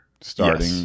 starting